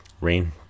Rain